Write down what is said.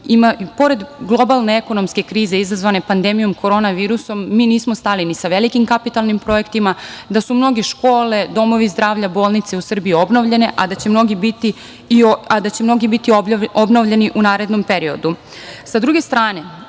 pored globalne ekonomske krize izazvane pandemijom korona virusa, mi nismo stali ni sa velikim kapitalnim projektima, da su mnoge škole, domovi zdravlja, bolnice u Srbiji obnovljene, a da će mnoge biti obnovljene u narednom periodu.S